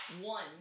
One